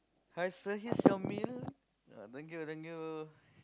hi sir here's your meal ah thank you thank you